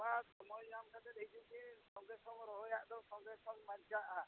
ᱜᱟᱯᱟ ᱥᱚᱢᱚᱭ ᱧᱟᱢ ᱠᱟᱛᱮᱫ ᱦᱤᱡᱩᱜ ᱵᱤᱱ ᱥᱚᱸᱜᱮ ᱥᱚᱝ ᱨᱚᱦᱚᱭᱟᱜ ᱫᱚ ᱥᱚᱸᱜᱮ ᱥᱚᱝ ᱵᱟᱧᱪᱟᱣᱜᱼᱟ